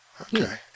Okay